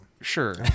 sure